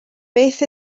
beth